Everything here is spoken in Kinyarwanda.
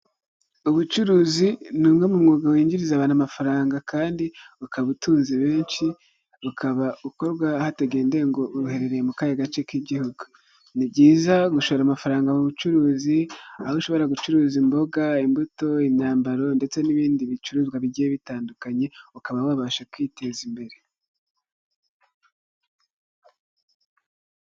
Ubucuruzi ni umwe mu mwuga winjiriza abantu amafaranga kandi ukaba utunze benshi, ukaba ukorwa hatagendewe ngo uherereye mu kahe gace k'igihugu, ni byiza gushora amafaranga mu bucuruzi aho ushobora gucuruza imboga, imbuto, imyambaro ndetse n'ibindi bicuruzwa bigiye bitandukanye ukaba wabasha kwiteza imbere.